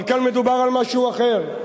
אבל כאן מדובר על משהו אחר.